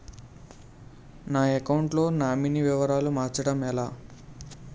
నా అకౌంట్ లో నామినీ వివరాలు మార్చటం ఎలా?